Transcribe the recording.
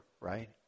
right